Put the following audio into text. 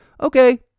okay